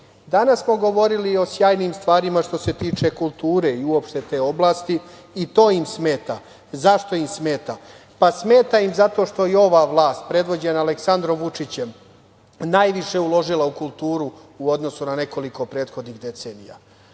Danas smo govorili o sjajnim stvarima što se tiče kulture i uopšte te oblasti i to im smeta. Zašto im smeta? Pa, smeta im zato što i ova vlast, predvođena Aleksandrom Vučićem najviše uložila u kulturu u odnosu na nekoliko prethodnih decenija